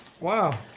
Wow